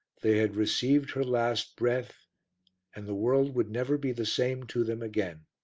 they had received her last breath and the world would never be the same to them again.